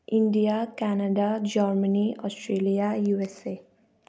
India Canada Germany Australia USA